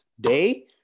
day